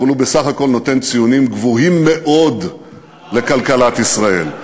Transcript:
אבל הוא בסך הכול נותן ציונים גבוהים מאוד לכלכלת ישראל.